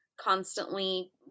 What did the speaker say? constantly